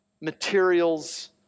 materials